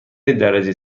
درجه